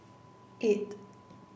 eight